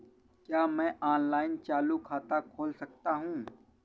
क्या मैं ऑनलाइन चालू खाता खोल सकता हूँ?